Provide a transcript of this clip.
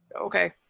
okay